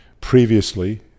Previously